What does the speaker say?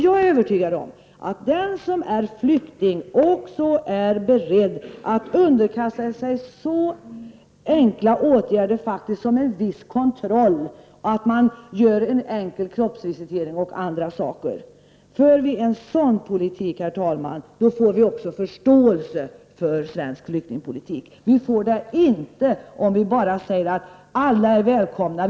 Jag är övertygad om att den som är flykting också är beredd att underkasta sig så enkla åtgärder som en viss kontroll, en kroppsvisitering och andra saker. För vi en sådan flyktingpolitik, herr talman, får vi också förståelse för svensk flyktingpolitik. Vi får det inte om vi bara säger att alla är välkomna.